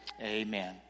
Amen